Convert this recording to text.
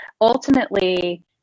ultimately